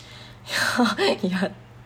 ya